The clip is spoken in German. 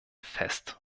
fest